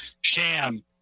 sham